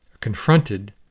confronted